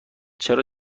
چرا